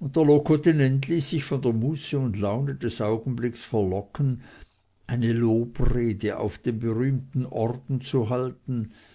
und der locotenent ließ sich von der muße und laune des augenblickes verlocken eine lobrede auf den berühmten orden zu halten